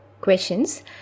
questions